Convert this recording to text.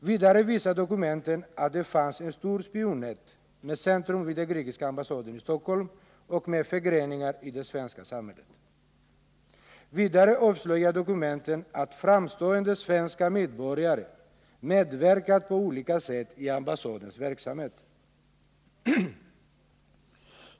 Vidare visar dokumenten att det fanns ett stort spionnät med centrum vid den grekiska ambassaden i Stockholm och med förgreningar i det svenska samhället. Vidare avslöjar dokumenten att framstående svenska medborgare medverkat på olika sätt i ambassadens verksamhet.